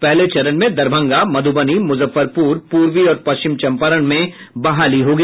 पहले चरण में दरभंगा मध्रबनी मुजफ्फरपुर पूर्वी और पश्चिमी चंपारण में बहाली होगी